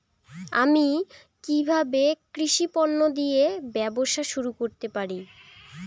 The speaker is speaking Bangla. আমি কিভাবে কৃষি পণ্য দিয়ে ব্যবসা শুরু করতে পারি?